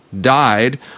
died